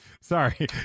sorry